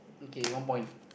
okay one point